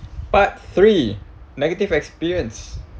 part three negative experience